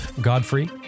Godfrey